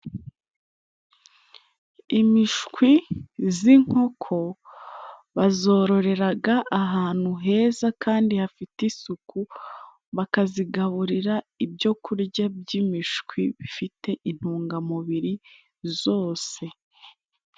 Imishwi z'inkoko bazororeraga ahantu heza kandi hafite isuku bakazigaburira ibyokurya by'imishwi bifite intungamubiri zose.